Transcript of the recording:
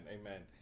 amen